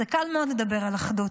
קל מאוד לדבר על אחדות,